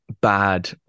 bad